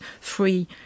free